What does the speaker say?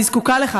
אני זקוקה לך,